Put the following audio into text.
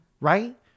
Right